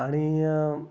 आणि